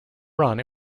run